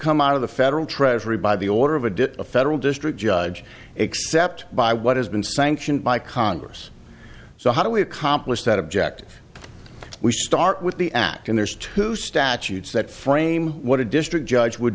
come out of the federal treasury by the order of a dip a federal district judge except by what has been sanctioned by congress so how do we accomplish that objective we start with the act and there's two statutes that frame what a district judge would